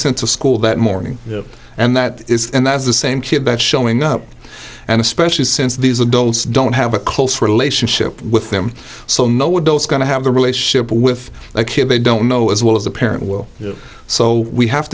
sent to school that morning and that is and that's the same kid that's showing up and especially since these adults don't have a close relationship with them so no adult is going to have the relationship with a kid they don't know as well as a parent will so we have